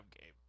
game